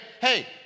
hey